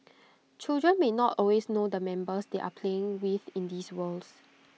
children may not always know the members they are playing with in these worlds